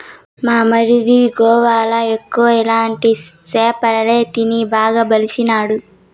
మా మరిది గోవాల ఎక్కువ ఇలాంటి సేపలే తిని బాగా బలిసినాడు